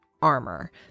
armor